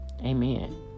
Amen